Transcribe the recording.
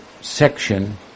section